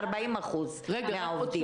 40% מהעובדים.